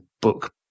book